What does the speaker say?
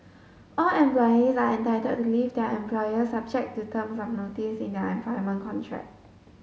all employees are entitled to leave their employer subject to terms of notice in their employment contract